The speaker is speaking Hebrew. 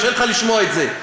קשה לך לשמוע את זה,